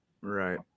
Right